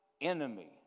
enemy